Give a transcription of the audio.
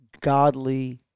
godly